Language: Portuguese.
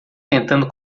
tentando